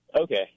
Okay